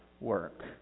work